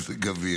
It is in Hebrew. ערוכים למזג אוויר